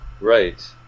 Right